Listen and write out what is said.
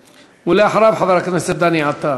ואחריו, חבר הכנסת דני עטר.